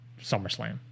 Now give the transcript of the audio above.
SummerSlam